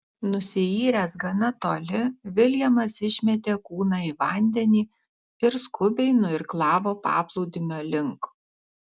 nusiyręs gana toli viljamas išmetė kūną į vandenį ir skubiai nuirklavo paplūdimio link